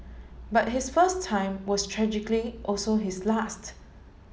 but his first time was tragically also his last